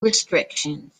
restrictions